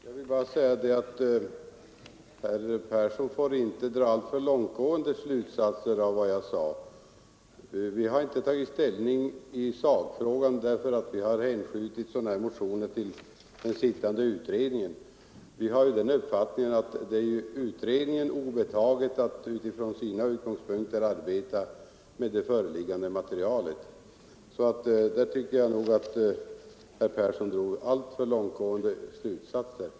Fru talman! Herr Persson i Heden får inte dra alltför långtgående slutsatser av vad jag sade. Vi har inte tagit ställning i sakfrågan därför att vi hänskjutit motionerna till den sittande utredningen. Vår uppfattning är ju att det är utredningen obetaget att från sina utgångspunkter arbeta med det föreliggande materialet. Jag tycker alltså att herr Persson därvidlag drog alltför långtgående slutsatser.